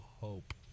Hope